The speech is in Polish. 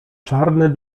czarne